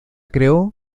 creó